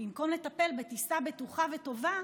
במקום לטפל בטיסה בטוחה וטובה,